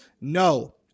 No